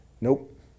Nope